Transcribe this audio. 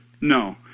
No